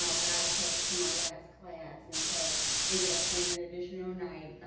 um but i was headed to my last class, and so ended up staying an additional night.